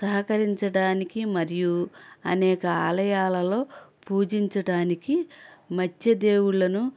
సహకరించడానికి మరియు అనేక ఆలయాలలో పూజించటానికి మత్స్య దేవుళ్ళను